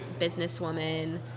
businesswoman